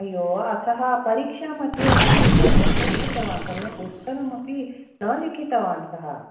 अय्यो अतः परीक्षा मध्ये अपि सम्यक् न कृतवान् सम्यक् उत्तरम् अपि न लिखितवान् सः